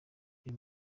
uyu